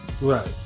Right